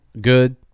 good